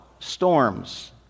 Storms